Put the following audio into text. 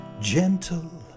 gentle